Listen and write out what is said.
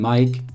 Mike